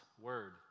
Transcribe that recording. word